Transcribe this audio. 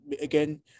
again